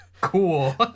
cool